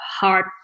hard